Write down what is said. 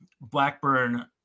Blackburn